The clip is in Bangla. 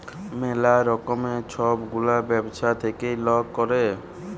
ম্যালা রকমের ছব গুলা ব্যবছা থ্যাইকে লক ক্যরে